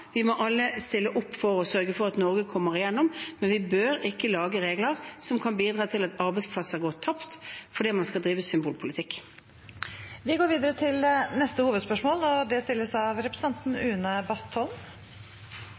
vi må alle stille opp for å sørge for at Norge kommer seg igjennom, men vi bør ikke lage regler som kan bidra til at arbeidsplasser går tapt fordi man vil drive med symbolpolitikk. Vi går videre til neste hovedspørsmål.